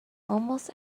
almost